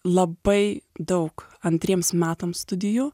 labai daug antriems metams studijų